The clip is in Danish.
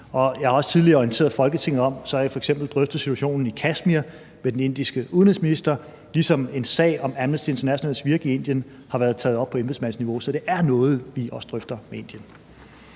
jeg har også tidligere orienteret Folketinget om, at jeg f.eks. har drøftet situationen i Kashmir med den indiske udenrigsminister, ligesom en sag om Amnesty Internationals virke i Indien har været taget op på embedsmandsniveau. Så det er også noget, vi drøfter med Indien.